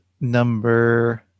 number